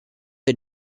the